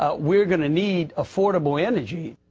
ah we're gonna need affordably energy